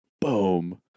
Boom